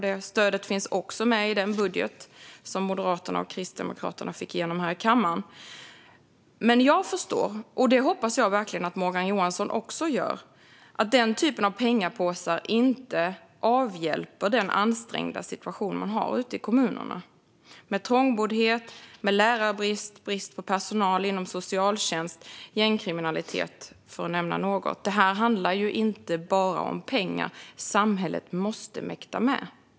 Det stödet finns också med i den budget som Moderaterna och Kristdemokraterna fick igenom här i kammaren. Men jag förstår, och det hoppas jag verkligen att Morgan Johansson också gör, att den typen av pengapåsar inte avhjälper den ansträngda situation man har ute i kommunerna, med trångboddhet, lärarbrist, brist på personal inom socialtjänsten och gängkriminalitet, för att nämna några exempel. Det här handlar inte bara om pengar; samhället måste också mäkta med.